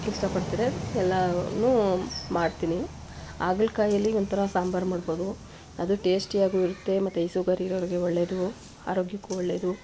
ಇಷ್ಟಪಡ್ತಾರೆ ಎಲ್ಲವನ್ನೂ ಮಾಡ್ತೀನಿ ಹಾಗಲಕಾಯಲ್ಲಿ ಒಂಥರ ಸಾಂಬಾರು ಮಾಡ್ಬೋದು ಅದು ಟೇಸ್ಟಿಯಾಗೂ ಇರುತ್ತೆ ಮತ್ತು ಈ ಸುಗರ್ ಇರೋರಿಗೆ ಒಳ್ಳೆಯದು ಆರೋಗ್ಯಕ್ಕೂ ಒಳ್ಳೆಯದು